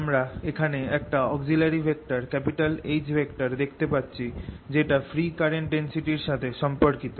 আমরা এখানে একটা অক্সিলারি ভেক্টর H দেখতে যাচ্ছি যেটা ফ্রী কারেন্ট ডেন্সিটি র সাথে সম্পর্কিত